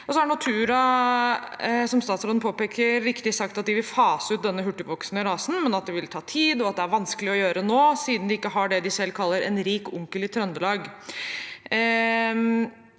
påpeker, riktig nok sagt at de vil fase ut denne hurtigvoksende rasen, men at det vil ta tid, og at det er vanskelig å gjøre nå siden de ikke har det de selv kaller en rik onkel i Trøndelag.